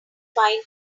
fine